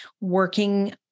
working